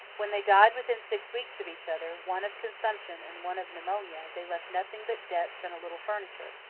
when they died within six weeks of each other, one of consumption and one of pneumonia, they left nothing but debts and a little furniture.